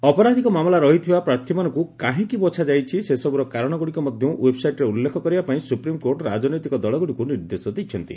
ଅପରାଧ୍କ ମାମଲା ରହିଥିବା ପ୍ରାର୍ଥୀମାନଙ୍କୁ କାହିଁକି ବଛାଯାଇଛି ସେସବୁର କାରଣଗୁଡ଼ିକ ମଧ୍ଧ ୱେବ୍ସାଇଟ୍ରେ ଉଲ୍ଲେଖ କରିବା ପାଇଁ ସୁପ୍ରିମକୋର୍ଟ ରାଜନୈତିକ ଦଳଗୁଡ଼ିକୁ ନିର୍ଦ୍ଦେଶ ଦେଇଛନ୍ତି